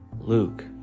Luke